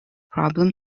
problem